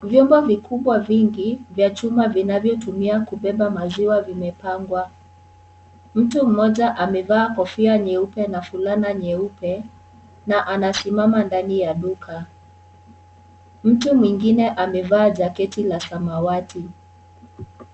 Vyombo vikubwa vingi vya chuma vinavyotumika kubeba maziwa vimepangwa. Mtu mmoja amevaa kofia nyeupe na fulana nyeupe na anasimama ndani ya duka. Mtu mwingine amevaa jaketi la samawati.